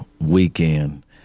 weekend